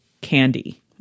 candy